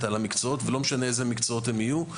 על המקצועות ולא משנה איזה מקצועות הם יהיו,